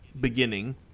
beginning